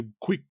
quick